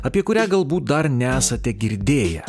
apie kurią galbūt dar nesate girdėję